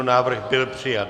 Návrh byl přijat.